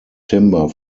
timber